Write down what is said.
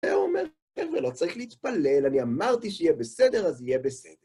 והוא אומר, חבר'ה, לא צריך להתפלל, אני אמרתי שיהיה בסדר, אז יהיה בסדר.